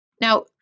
Now